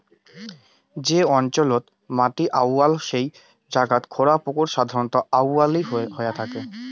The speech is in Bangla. যে অঞ্চলত মাটি আউয়াল সেই জাগাত খোঁড়া পুকুর সাধারণত আউয়াল হয়া থাকে